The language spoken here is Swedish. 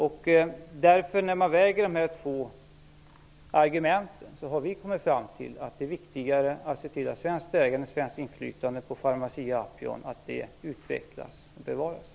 Vi har vägt de två argumenten och kommit fram till att det är viktigare att se till att svenskt ägande och svenskt inflytande på Pharmacia-Upjohn utvecklas och bevaras.